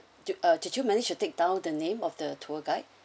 do uh did you managed to take down the name of the tour guide